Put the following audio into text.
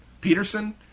Peterson